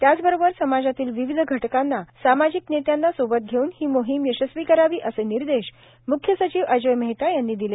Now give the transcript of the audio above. त्याचबरोबर समाजातील विविध घटकांना सामाजिक नेत्यांना सोबत घेऊन ही मोहिम यशस्वी करावी असे निर्देश म्ख्य सचिव अजोय मेहता यांनी दिले